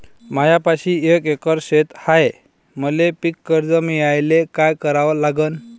मायापाशी एक एकर शेत हाये, मले पीककर्ज मिळायले काय करावं लागन?